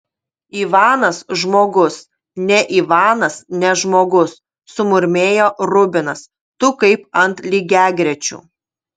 ivanas žmogus ne ivanas ne žmogus sumurmėjo rubinas tu kaip ant lygiagrečių